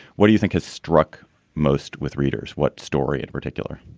what do you think has struck most with readers? what story in particular?